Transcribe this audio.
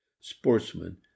sportsman